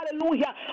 Hallelujah